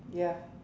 ya